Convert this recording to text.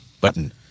Button